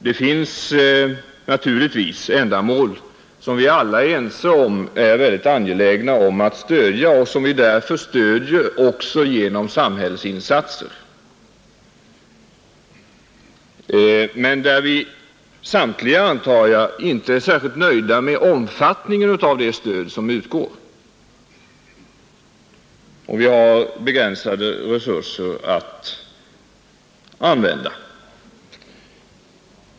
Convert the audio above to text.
Det finns naturligtvis ändamål som vi alla är ense om är angelägna att stödja och som vi därför också stöder genom samhällsinsatser. Men jag antar att inte alla är ständigt nöjda med omfattningen av det stöd som utgår när vi har begränsade resurser att använda.